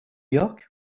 york